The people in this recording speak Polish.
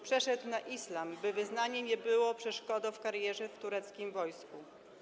Przeszedł na islam, by wyznanie nie było przeszkodą w karierze w tureckim wojsku.